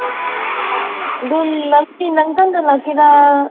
ꯑꯗꯨ ꯅꯪꯗꯤ ꯅꯊꯟꯗ ꯂꯥꯛꯀꯦꯔꯥ